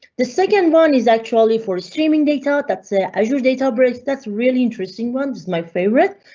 the second one is actually for streaming data. that's the azure database that's really interesting ones, my favorite,